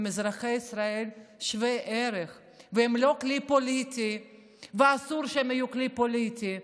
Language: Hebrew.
הם אזרחי ישראל שווי ערך והם לא כלי פוליטי ואסור שהם יהיו כלי פוליטי.